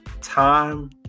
time